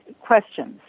questions